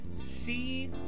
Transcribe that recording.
see